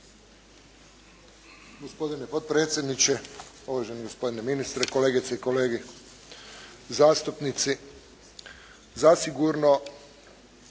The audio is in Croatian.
Gospodine potpredsjedniče, uvaženi gospodine ministre, kolegice i kolege zastupnici. Zasigurno